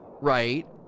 right